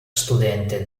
studente